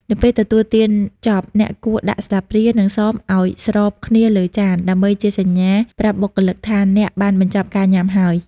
នៅពេលទទួលទានចប់ អ្នកគួរដាក់ស្លាបព្រា និងសមឱ្យស្របគ្នាលើចាន ដើម្បីជាសញ្ញាប្រាប់បុគ្គលិកថាអ្នកបានបញ្ចប់ការញ៉ាំហើយ។